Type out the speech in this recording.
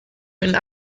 and